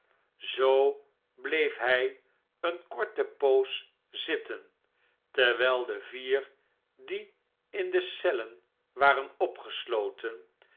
zoo bleef hij eene korte poos zitten terwijl de vier die in de cellen waren opgesloten